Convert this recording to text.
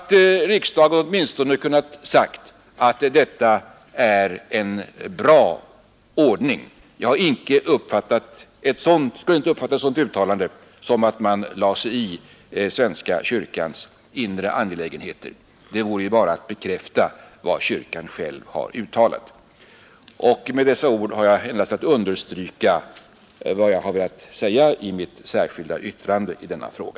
Riksdagen skulle åtminstone kunna säga att detta är en bra ordning. Jag skulle inte ha uppfattat ett sådant uttalande som att man lade sig i svenska kyrkans inre angelägenheter. Det vore ju bara att bekräfta vad kyrkan själv har uttalat. Med dessa ord har jag endast velat understryka vad jag sagt i mitt särskilda yttrande i denna fråga.